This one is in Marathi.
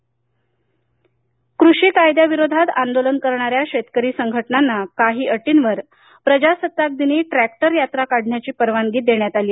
शेतकरी ट्रॅक्टर यात्रा कृषी कायद्या विरोधात आंदोलन करणाऱ्या शेतकरी संघटनांना काही अटींवर प्रजासत्ताक दिनी ट्रॅक्टर यात्रा काढण्याची परवानगी देण्यात आली आहे